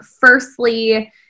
firstly